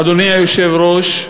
אדוני היושב-ראש,